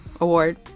Award